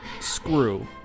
screw